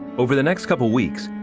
over the next couple weeks,